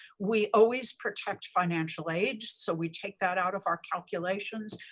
we always protect financial aid, so we take that out of our calculations.